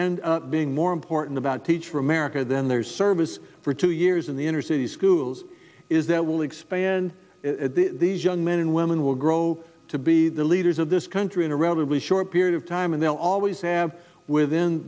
end up being more important about teach for america than their service for two years in the inner city schools is that will expand these young men and women will grow to be the leaders of this country in a relatively short period of time and they'll always have within